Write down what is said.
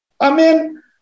Amen